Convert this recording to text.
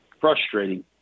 frustrating